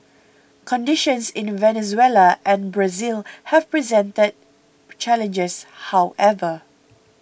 conditions in Venezuela and Brazil have presented challenges however